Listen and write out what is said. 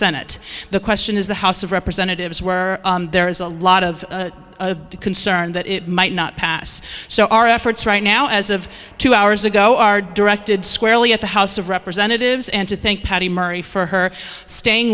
senate the question is the house of representatives where there is a lot of concern that it might not pass so our efforts right now as of two hours ago are directed squarely at the house of representatives and to think patty murray for her staying